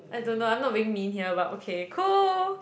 I don't know I'm not being mean here but okay cool